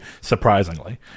surprisingly